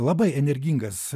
labai energingas